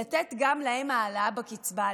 ניתן גם להם העלאה בקצבה,